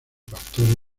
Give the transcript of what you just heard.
pastores